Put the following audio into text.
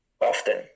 often